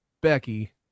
Becky